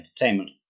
entertainment